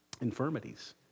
Infirmities